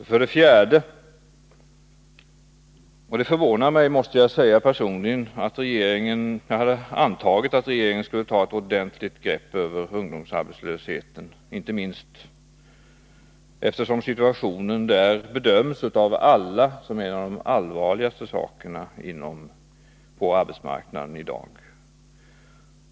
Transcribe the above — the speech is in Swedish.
Vi saknar också något annat, och på den punkten måste jag säga att jag personligen är förvånad. Jag hade antagit att regeringen skulle ta ett ordentligt grepp på ungdomsarbetslösheten, inte minst eftersom den situationen av alla bedöms som något av det allvarligaste på arbetsmarkna den i dag.